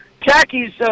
Jackie's